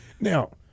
now